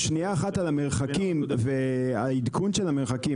אני רוצה להגיד שנייה אחת על המרחקים והעדכון של המרחקים.